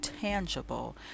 tangible